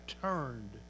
turned